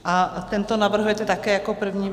A tento navrhujete také jako první?